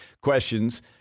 questions